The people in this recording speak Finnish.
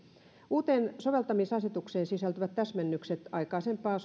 uuteen soveltamisasetukseen sisältyvät täsmennykset aikaisempaan